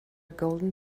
golden